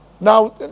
Now